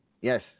Yes